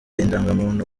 indangamuntu